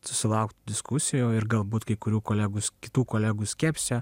susilaukti diskusijų ir galbūt kai kurių kolegos kitų kolegų skepsio